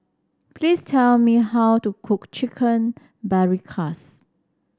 please tell me how to cook Chicken Paprikas